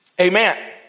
Amen